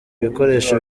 ibikoresho